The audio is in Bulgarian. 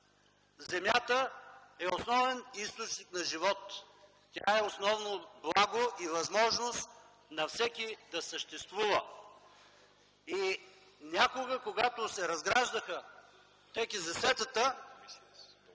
Земята е основен източник на живот, тя е основно благо и възможност на всеки да съществува. Някога, когато се разграждаха ТКЗС-тата,